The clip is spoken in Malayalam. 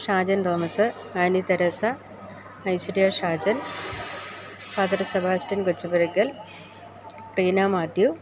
Shajan Thomas Annie Teresa Aishwarya Shajan father സെബാസ്റ്റ്യന് കൊച്ചുപുരയ്കൽ റീന മാത്യു